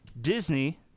Disney